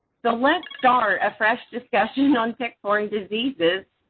so, let's start a fresh discussion on tick-borne diseases,